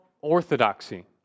orthodoxy